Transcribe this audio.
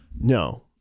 No